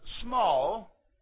small